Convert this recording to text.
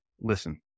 listen